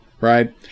right